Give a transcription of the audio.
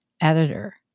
editor